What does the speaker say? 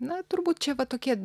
na turbūt čia vat tokie